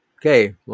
Okay